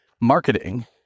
marketing